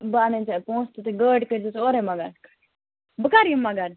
بہٕ اَنٔے ژےٚ پوٚنٛسہٕ تہِ تہٕ گٲڑ کٔرزِ ژٕ اورٔے مگر بہٕ کر یِم مگر